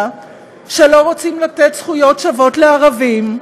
שלא רוצים לתת זכויות שוות לערבים,